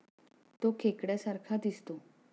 तो खेकड्या सारखा दिसतो